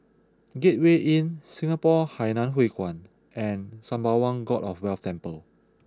Gateway Inn Singapore Hainan Hwee Kuan and Sembawang God of Wealth Temple